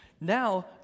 Now